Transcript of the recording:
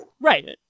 Right